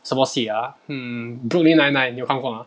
什么戏啊 hmm brooklyn nine nine 你有看过吗